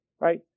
right